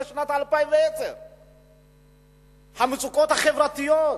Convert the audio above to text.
המצוקות החברתיות,